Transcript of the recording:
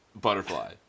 butterfly